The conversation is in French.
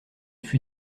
fut